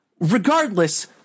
regardless